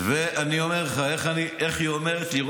ואני אומר לך, איך היא אומרת לי?